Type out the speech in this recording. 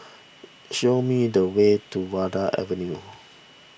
show me the way to Vanda Avenue